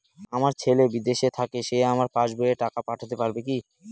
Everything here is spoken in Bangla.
আমার ছেলে বিদেশে থাকে সে আমার পাসবই এ টাকা পাঠাতে পারবে কি?